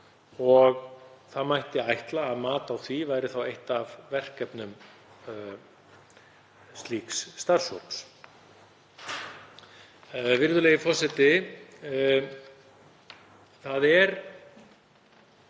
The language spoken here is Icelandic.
Það mætti ætla að mat á því væri þá eitt af verkefnum slíks starfsfólks. Virðulegi forseti. Það er